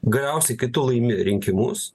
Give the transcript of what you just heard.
galiausiai kai tu laimi rinkimus